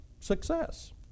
success